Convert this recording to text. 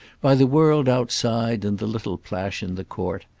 by the world outside and the little plash in the court,